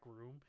room